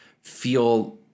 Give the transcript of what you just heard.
feel